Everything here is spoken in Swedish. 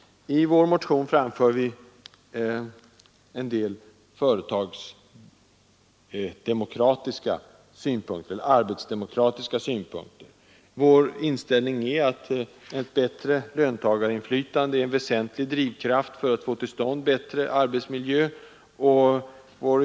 I vår motion framför vi en del arbetsdemokratiska krav. Vår inställning är att ett ökat löntagarinflytande är en väsentlig drivkraft för att få till stånd en bättre arbetsmiljö.